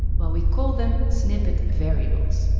well, we call them snippet variables.